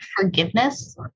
forgiveness